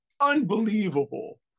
unbelievable